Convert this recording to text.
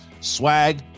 swag